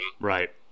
Right